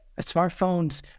smartphones